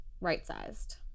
right-sized